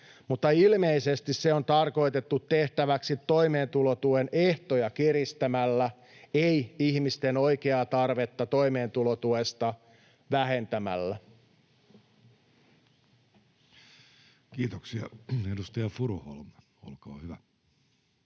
mutta ilmeisesti se on tarkoitettu tehtäväksi toimeentulotuen ehtoja kiristämällä, ei ihmisten oikeaa tarvetta toimeentulotuesta vähentämällä. Kiitoksia. — Edustaja Furuholm, olkaa hyvä.